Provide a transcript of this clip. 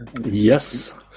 Yes